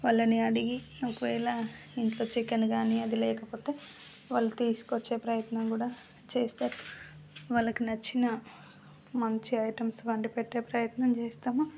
వాళ్ళని అడిగి ఒకవేళ ఇంట్లో చికెన్ కానీ అది లేకపోతే వాళ్ళు తీసుకొచ్చే ప్రయత్నం కూడా చేస్తారు వాళ్ళకి నచ్చిన మంచి ఐటమ్స్ వండి పెట్టే ప్రయత్నం చేస్తాము